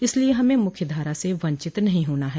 इसलिये हमें मुख्य धारा से वंचित नहीं होना है